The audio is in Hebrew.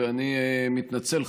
ואני מתנצל,